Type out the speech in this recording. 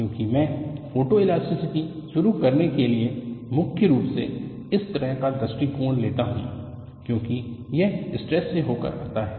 क्योंकि मैं फोटोइलास्टिसिटी शुरू करने के लिए मुख्य रूप से इस तरह का दृष्टिकोण लेता हूं क्योंकि यह स्ट्रेस से होकर आता है